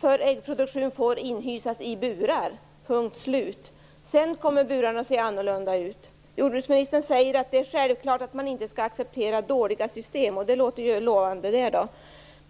för äggproduktion får inhysas i burar, punkt slut. Sedan kommer burarna att se annorlunda ut. Jordbruksministern säger att det är självklart att man inte skall acceptera dåliga system, och det låter ju lovande.